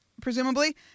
presumably